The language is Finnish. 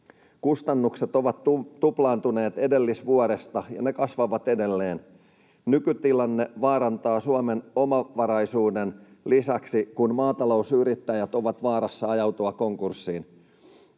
Kustannukset ovat tuplaantuneet edellisvuodesta, ja ne kasvavat edelleen. Nykytilanne vaarantaa lisäksi Suomen omavaraisuuden, kun maata-lousyrittäjät ovat vaarassa ajautua konkurssiin.